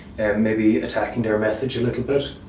maybe attacking their message a little bit.